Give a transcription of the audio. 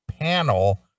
panel